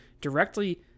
directly